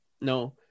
No